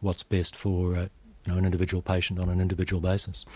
what's best for an individual patient on an individual basis.